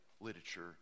literature